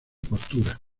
postura